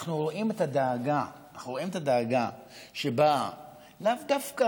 ואנחנו רואים את הדאגה שבה לאו דווקא,